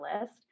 list